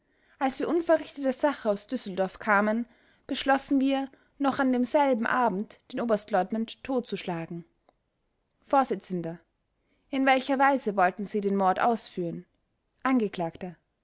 als wir unverrichteter sache aus düsseldorf kamen beschlossen wir noch an demselben abend den oberstleutnant totzuschlagen vors in welcher weise wollten sie den mord ausführen